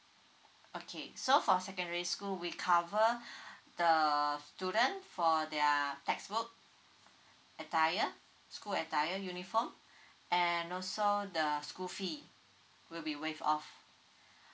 okay so for secondary school we cover the student for their textbook attire school attire uniform and also the school fees will be waived off